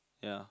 ya